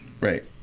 Right